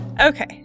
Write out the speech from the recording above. Okay